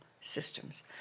systems